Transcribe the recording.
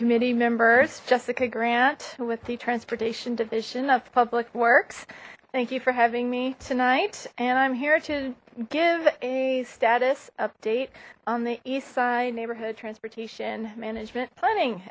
committee members jessica grant with the transportation division of public works thank you for having me tonight and i'm here to give a status update on the eastside neighborhood transportation management planning